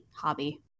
hobby